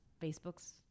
Facebook's